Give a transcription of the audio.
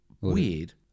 Weird